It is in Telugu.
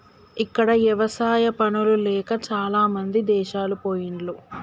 ఇక్కడ ఎవసాయా పనులు లేక చాలామంది దేశాలు పొయిన్లు